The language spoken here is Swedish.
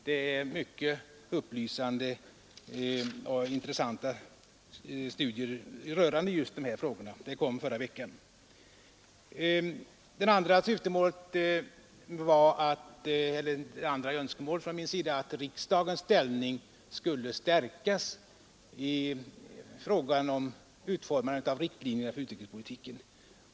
Där finns mycket intressanta och upplysande artiklar rörande just denna fråga. Det andra önskemålet var att riksdagens ställning skulle stärkas i fråga om utformandet av riktlinjerna för utrikespolitiken.